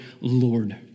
Lord